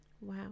Wow